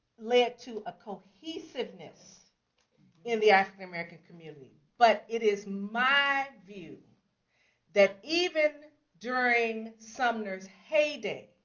led to a cohesiveness in the african-american community. but it is my view that even during sumner's heyday,